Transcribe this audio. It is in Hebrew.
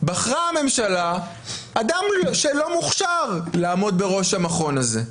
בחרה הממשלה אדם שלא מוכשר לעמוד בראש המכון הזה.